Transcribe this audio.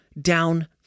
down